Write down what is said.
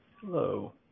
hello